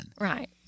Right